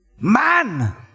man